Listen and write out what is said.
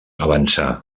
avançà